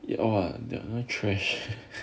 !wah! the trash